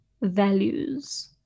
values